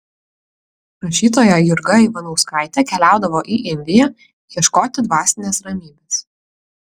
rašytoja jurga ivanauskaitė keliaudavo į indiją ieškoti dvasinės ramybės